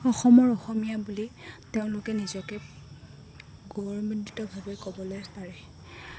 অসমৰ অসমীয়া বুলি তেওঁলোকে নিজকে গৌৰৱান্বিতভাৱে ক'বলৈ পাৰে